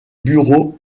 bureaux